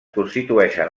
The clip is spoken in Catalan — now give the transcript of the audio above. constitueixen